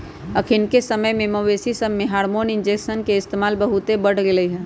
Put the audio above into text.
अखनिके समय में मवेशिय सभमें हार्मोन इंजेक्शन के इस्तेमाल बहुते बढ़ गेलइ ह